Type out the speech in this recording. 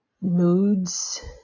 moods